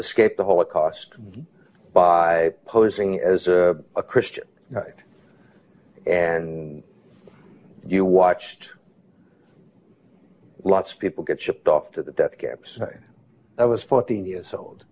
escaped the holocaust by posing as a christian and you watched lots of people get shipped off to the death camps and i was fourteen